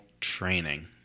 training